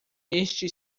este